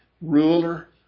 ruler